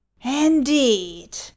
Indeed